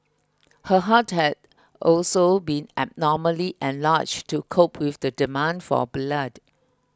her heart had also been abnormally enlarged to cope with the demand for blood